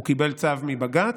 הוא קיבל צו מבג"ץ,